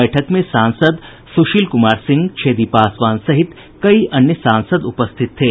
बैठक में सांसद सुशील कुमार सिंह छेदी पासवान सहित कई अन्य सांसद उपस्थित थे